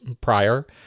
prior